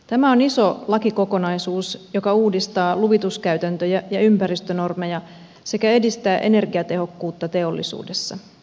tämä on iso lakikokonaisuus joka uudistaa luvituskäytäntöjä ja ympäristönormeja sekä edistää energiatehokkuutta teollisuudessa